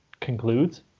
concludes